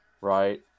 right